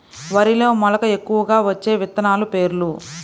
వరిలో మెలక ఎక్కువగా వచ్చే విత్తనాలు పేర్లు?